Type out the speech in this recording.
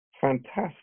fantastic